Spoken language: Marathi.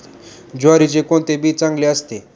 ज्वारीचे कोणते बी चांगले असते?